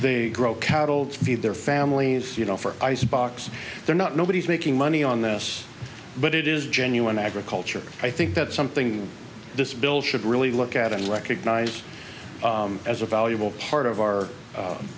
feed their families you know for icebox they're not nobody's making money on this but it is genuine agriculture i think that something this bill should really look at and recognize as a valuable part of our